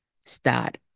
start